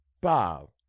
bob